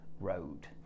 Road